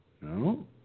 No